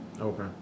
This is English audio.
Okay